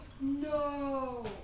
No